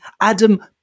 Adam